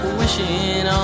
wishing